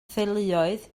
theuluoedd